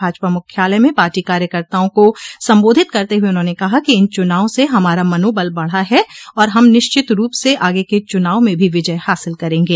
भाजपा मुख्यालय में पार्टी कार्यकर्ताओं को संबोधित करते हुए उन्होंने कहा कि इन चुनावों से हमारा मनोबल बढ़ा है और हम निश्चित रूप से आगे के चुनाव में भी विजय हासिल करेंगे